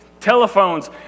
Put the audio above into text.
telephones